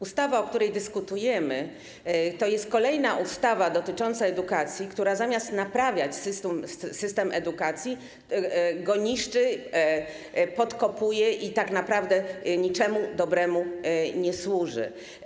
Ustawa, o której dyskutujemy, to jest kolejna ustawa dotycząca edukacji, która zamiast naprawiać system edukacji, niszczy go, podkopuje i tak naprawdę niczemu dobremu nie służy.